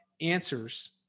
answers